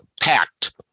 packed